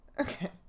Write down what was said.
okay